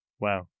Wow